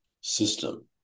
system